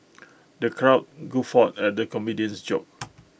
the crowd guffawed at the comedian's jokes